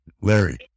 Larry